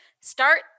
start